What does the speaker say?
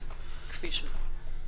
נוספים כפי שהוא.